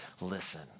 listen